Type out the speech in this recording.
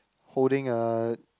holding a